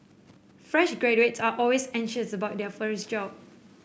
fresh graduates are always anxious about their first job